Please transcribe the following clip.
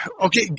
okay